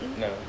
No